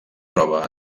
troba